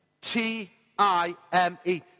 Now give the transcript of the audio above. T-I-M-E